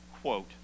quote